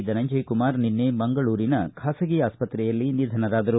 ಧನಂಜಯಕುಮಾರ್ ನಿನ್ನೆ ಮಂಗಳೂರಿನ ಖಾಸಗಿ ಆಸ್ಪತ್ರೆಯಲ್ಲಿ ನಿಧನರಾದರು